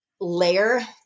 layer